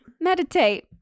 Meditate